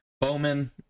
Bowman